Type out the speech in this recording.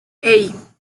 hey